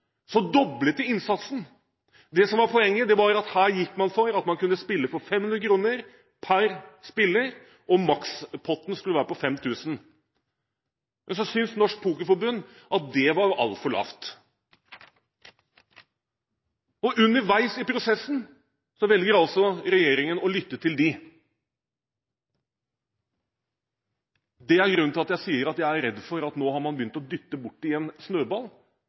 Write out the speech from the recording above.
doblet de innsatsen. Det som var poenget, var at man gikk for at man kunne spille for 500 kr per spiller, og makspotten skulle være 5 000 kr. Så synes Norsk Pokerforbund at det var altfor lavt. Underveis i prosessen velger altså regjeringen å lytte til dem. Det er grunnen til at jeg sier at jeg er redd for at man nå har begynt å dytte borti en snøball